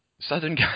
Southern